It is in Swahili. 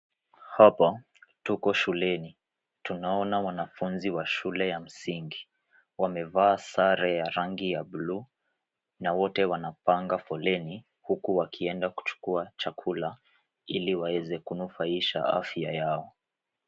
Hapa tuko shuleni. Tunaona wanafunzi wa shule ya msingi, wamevaa sare ya rangi ya buluu na wote wanapanga foleni huku wakienda kuchukua chakula ili waeze kunufaisha afya yao.